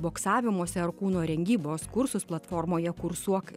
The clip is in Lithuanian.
boksavimosi ar kūno rengybos kursus platformoje kursuok